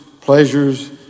pleasures